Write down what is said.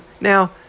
now